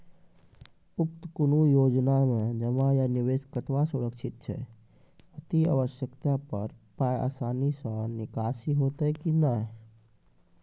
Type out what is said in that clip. उक्त कुनू योजना मे जमा या निवेश कतवा सुरक्षित छै? अति आवश्यकता पर पाय आसानी सॅ निकासी हेतै की नै?